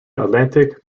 atlantic